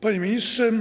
Panie Ministrze!